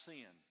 Sin